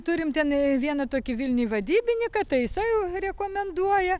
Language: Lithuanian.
turim tenai vieną tokį vilniuj vadybininką tai jisai rekomenduoja